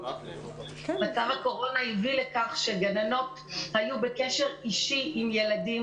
מצב הקורונה הביא לכך שגננות היו בקשר אישי עם ילדים